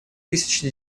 тысячи